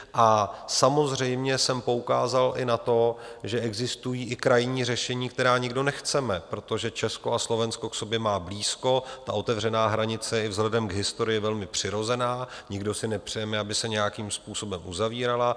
A samozřejmě jsem poukázal i na to, že existují i krajní řešení, která nikdo nechceme, protože Česko a Slovensko k sobě má blízko, otevřená hranice je i vzhledem k historii velmi přirozená, nikdo si nepřejeme, aby se nějakým způsobem uzavírala.